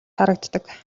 харагддаг